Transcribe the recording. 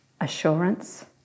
assurance